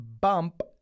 bump